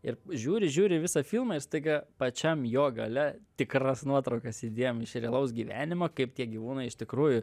ir žiūri žiūri visą filmą ir staiga pačiam jo gale tikras nuotraukas įdėjom iš realaus gyvenimo kaip tie gyvūnai iš tikrųjų